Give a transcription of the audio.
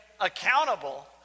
accountable